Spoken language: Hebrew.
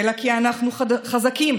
אלא כי אנחנו חזקים,